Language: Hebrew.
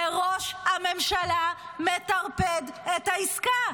וראש הממשלה מטרפד את העסקה.